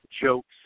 jokes